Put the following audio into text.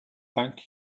thank